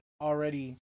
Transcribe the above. already